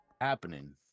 happening